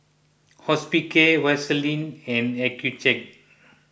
Hospicare Vaselin and Accucheck